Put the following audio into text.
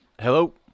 hello